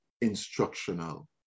instructional